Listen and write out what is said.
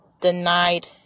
denied